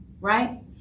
right